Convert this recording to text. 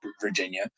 Virginia